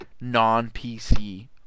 non-PC